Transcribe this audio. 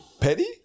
Petty